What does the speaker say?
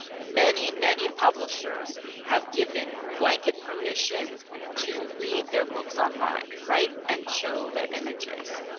many many publishers have given blanket permission to read their books online, right, and show the images.